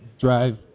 drive